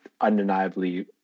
undeniably